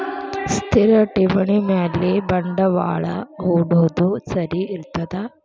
ಸ್ಥಿರ ಠೇವಣಿ ಮ್ಯಾಲೆ ಬಂಡವಾಳಾ ಹೂಡೋದು ಸರಿ ಇರ್ತದಾ?